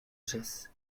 jess